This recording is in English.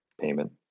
payment